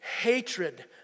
hatred